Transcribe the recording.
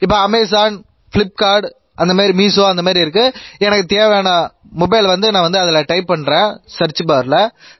இப்போ Amazon Flipkart அந்த மாரி மீஸோ அந்த மாரி இருக்குது எனக்கு தேவையான மொபைல் வந்து நான் வந்து அதில் டைப் பண்ணுறேன் சர்ச்சு பாரில்